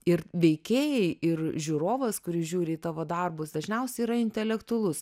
ir veikėjai ir žiūrovas kuris žiūri į tavo darbus dažniausiai yra intelektualus